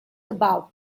about